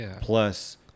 plus